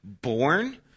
born